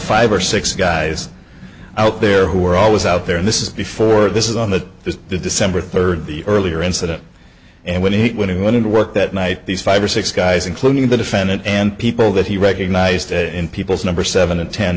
five or six guys out there who are always out there and this is before this is on the december third the earlier incident and when he when he went into work that night these five or six guys including the defendant and people that he recognized it in people's number seven and ten